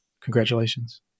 Congratulations